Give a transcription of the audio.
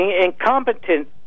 incompetent